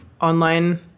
online